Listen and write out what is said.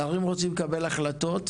שרים רוצים לקבל החלטות,